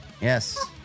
Yes